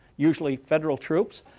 usually federal troops,